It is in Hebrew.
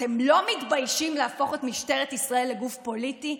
אתם לא מתביישים להפוך את משטרת ישראל לגוף פוליטי?